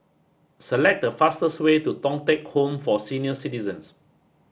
select the fastest way to Thong Teck Home for Senior Citizens